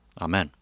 Amen